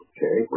Okay